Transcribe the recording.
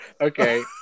Okay